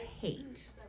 hate